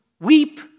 weep